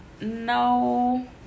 No